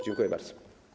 Dziękuję bardzo.